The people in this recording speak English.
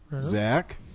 zach